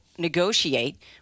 negotiate